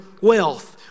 wealth